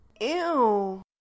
Ew